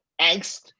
angst